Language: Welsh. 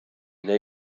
neu